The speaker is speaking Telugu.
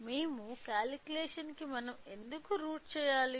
మేము కాల్కులేషన్ కు మనం ఎందుకు రూట్ చేయాలి